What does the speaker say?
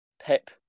Pep